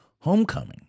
Homecoming